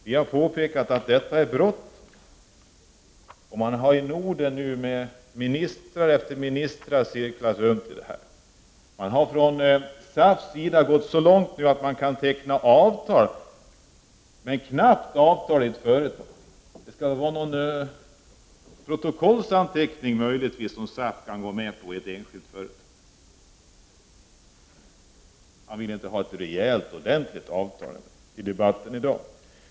Vi har påpekat att det är bråttom. Här i Norden har nu minister efter minister cirklat runt med det här ärendet. Man har nu från SAF:s sida gått så långt att man med knapp nöd kan tänka sig att teckna avtal om detta i ett företag. SAF kan möjligtvis gå med på någon protokollsanteckning om detta i ett enskilt företag. Man vill inte ha något rejält och ordentligt avtal.